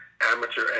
amateur